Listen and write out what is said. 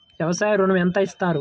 వ్యవసాయ ఋణం ఎంత ఇస్తారు?